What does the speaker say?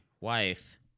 wife